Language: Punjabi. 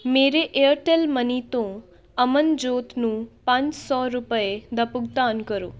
ਮੇਰੇ ਏਅਰਟੈੱਲ ਮਨੀ ਤੋਂ ਅਮਨਜੋਤ ਨੂੰ ਪੰਜ ਸੌ ਰੁਪਏ ਦਾ ਭੁਗਤਾਨ ਕਰੋ